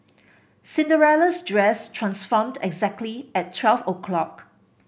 Cinderella's dress transformed exactly at twelve o'clock